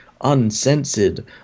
uncensored